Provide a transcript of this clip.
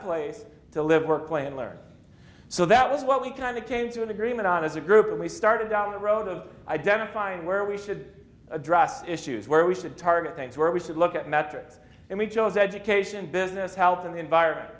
place to live work play and learn so that was what we kind of came to an agreement on as a group and we started out a road of identifying where we should address issues where we should target things where we should look at metrics and we chose education business helping the environment